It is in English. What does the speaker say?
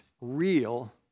real